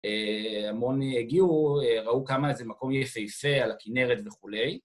המון הגיעו, ראו כמה איזה מקום יפהפה על הכינרת וכולי